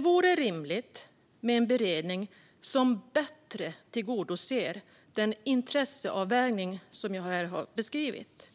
vore det rimligt med en beredning som bättre tillgodoser den intresseavvägning som jag här har beskrivit.